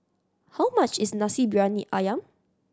how much is Nasi Briyani Ayam